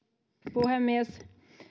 puhemies